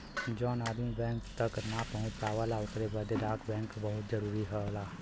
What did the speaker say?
जौन आदमी बैंक तक ना पहुंच पावला ओकरे बदे डाक बैंक बहुत जरूरी होला